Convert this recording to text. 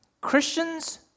Christians